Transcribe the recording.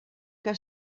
que